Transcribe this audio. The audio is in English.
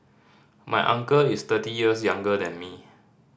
my uncle is thirty years younger than me